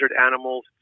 animals